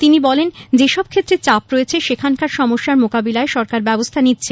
তিনি বলেন যেসব ক্ষেত্রে চাপ রয়েছে সেখানকার সমস্যার মোকাবিলায় সরকার ব্যবস্থা নিচ্ছে